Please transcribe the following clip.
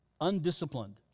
undisciplined